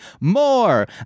More